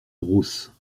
grosses